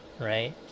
right